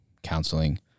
counseling